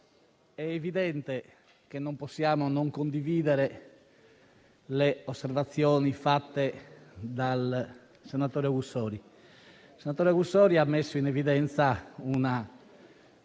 è evidente che non possiamo non condividere le osservazioni fatte dal senatore Augussori, il quale ha messo in evidenza un